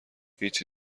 هیچی